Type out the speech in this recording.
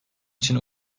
için